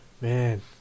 man